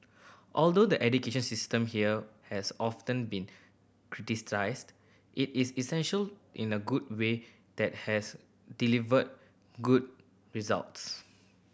although the education system here has often been criticised it is essential in a good way that has delivered good results